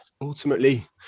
ultimately